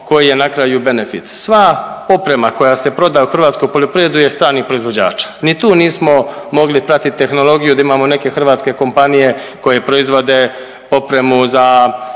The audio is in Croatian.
koji je na kraju benefit. Sva oprema koja se proda u hrvatsku poljoprivredu je stranih proizvođača. Ni tu nismo mogli pratiti tehnologiju da imamo neke hrvatske kompanije koje proizvode opremu za